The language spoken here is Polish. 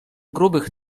grubych